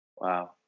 Wow